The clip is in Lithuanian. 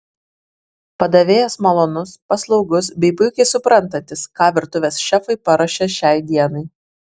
padavėjas malonus paslaugus bei puikiai suprantantis ką virtuvės šefai paruošė šiai dienai